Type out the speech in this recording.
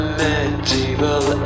medieval